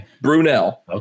Brunel